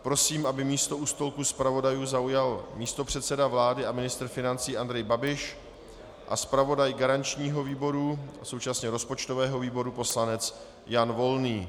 Prosím, aby místo u stolku zpravodajů zaujal místopředseda vlády a ministr financí Andrej Babiš a zpravodaj garančního výboru a současně rozpočtového výboru poslanec Jan Volný.